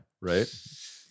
Right